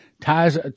Ties